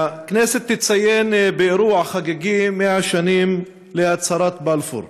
הכנסת תציין באירוע חגיגי 100 שנים להצהרת בלפור,